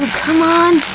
ah come on!